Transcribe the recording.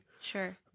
Sure